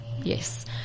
yes